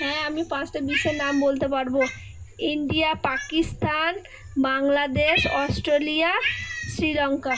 হ্যাঁ আমি পাঁচটা বিশ্বের নাম বলতে পারবো ইন্ডিয়া পাকিস্তান বাংলাদেশ অস্ট্রেলিয়া শ্রীলঙ্কা